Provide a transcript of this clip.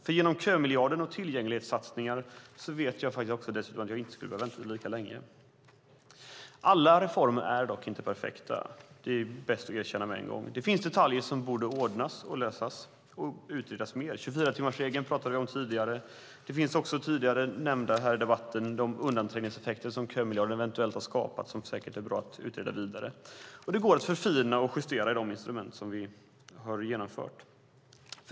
Tack vare kömiljarden och tillgänglighetssatsningar vet jag dessutom att jag inte skulle behöva vänta lika länge. Alla reformer är dock inte perfekta. Det är bäst att erkänna det med en gång. Det finns detaljer som borde ordnas, lösas eller utredas mer. 24-timmarsregeln pratade vi om tidigare. Tidigare i debatten nämndes också de undanträngningseffekter som kömiljarden eventuellt har skapat och som det är säkert bra att utreda vidare. Det går att förfina och justera de instrument som vi infört.